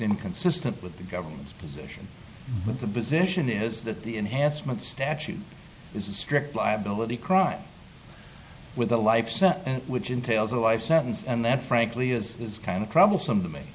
inconsistent with the government's position but the position is that the enhancement statute is a strict liability crime with a life sentence which entails a life sentence and that frankly is kind of t